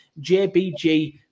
JBG